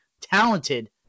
talented